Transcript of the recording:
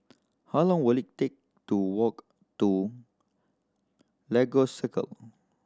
how long will it take to walk to Lagos Circle